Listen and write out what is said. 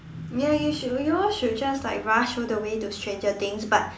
ya you should we all should just like rush all the way to Stranger Things but